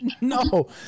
No